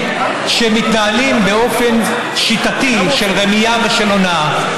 שמתנהלים באופן שיטתי של רמייה ושל הונאה,